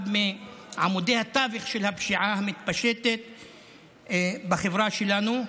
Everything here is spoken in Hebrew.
אחד מעמודי התווך של הפשיעה המתפשטת בחברה שלנו,